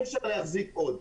ואי אפשר להחזיק עוד.